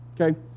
okay